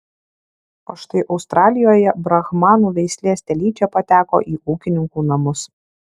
o štai australijoje brahmanų veislės telyčia pateko į ūkininkų namus